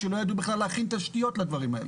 שלא ידעו בכלל להכין תשתיות לדברים האלה.